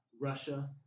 Russia